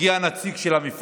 הגיע הנציג של המפעל,